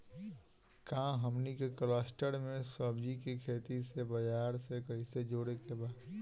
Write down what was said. का हमनी के कलस्टर में सब्जी के खेती से बाजार से कैसे जोड़ें के बा?